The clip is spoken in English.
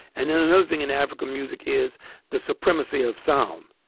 and then another thing in african music is the supremacy of sound,